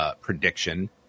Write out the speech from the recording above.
prediction